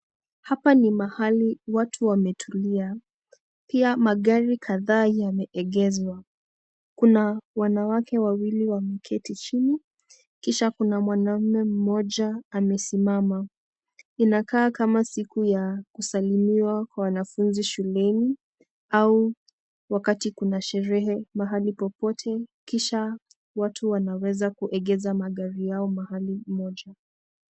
Hapa ni mahali watu wametulia pia magari kadhaa yameegeshwa, kuna wanawake wawili wameketi jini kisha kuna mwanume mmoja amesimama, inakaa kama siku ya kusalimiwa kwa wanafunzi shuleni au wakati kuna sherehe mahali popote kisha watu wanaweza kuegeza magari yao mahali moja.